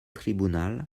tribunal